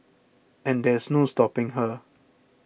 and there is no stopping her